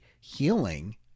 healing